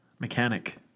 Mechanic